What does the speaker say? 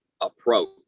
approach